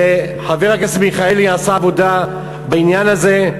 וחבר הכנסת מיכאלי עשה עבודה בעניין הזה,